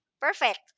perfect